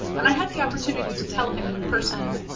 and i had the opportunity to tell him in person,